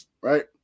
Right